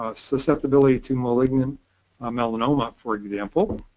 ah susceptibility to malignant ah melanoma for example.